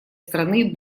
страны